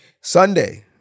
Sunday